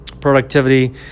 productivity